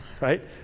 right